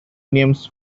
names